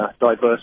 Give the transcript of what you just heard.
diverse